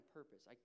purpose